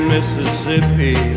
Mississippi